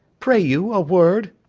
pray you a word.